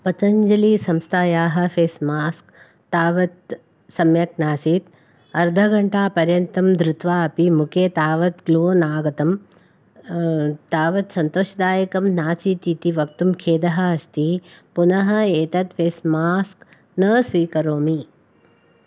पतञ्जलिसंस्थायाः face mask तावत् सम्यक् नासीत् अर्धघण्टापर्यन्तं धृत्वा अपि मुखे तावत् ग्लो नागतं तावत् सन्तोषदायकं नासीत् इति वक्तुं खेदः अस्ति पुनः एतत् फ़ेस् मास्क् न स्वीकरोमि